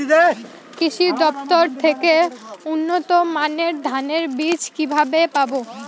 কৃষি দফতর থেকে উন্নত মানের ধানের বীজ কিভাবে পাব?